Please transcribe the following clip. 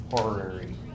horary